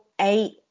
eight